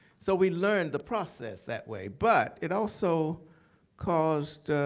so we learned the process that way. but it also caused